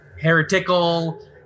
heretical